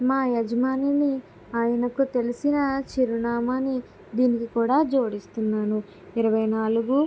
మా యజమానిని ఆయనకు తెలిసిన చిరునామాని దీనికి కూడా జోడి ఇస్తున్నాను ఇరవై నాలుగు